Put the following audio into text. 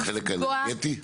בחלק האנרגטי?